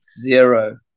zero